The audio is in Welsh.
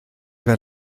fel